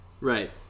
Right